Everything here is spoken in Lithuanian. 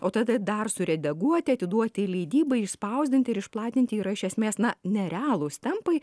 o tada dar suredaguoti atiduoti leidybai išspausdinti ir išplatinti yra iš esmės na nerealūs tempai